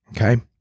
Okay